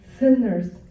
sinners